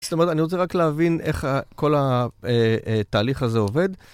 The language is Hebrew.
זאת אומרת, אני רוצה רק להבין איך כל התהליך הזה עובד.